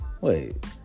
wait